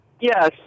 Yes